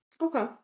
Okay